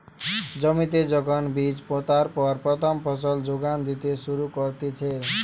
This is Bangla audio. জমিতে যখন বীজ পোতার পর প্রথম ফসল যোগান দিতে শুরু করতিছে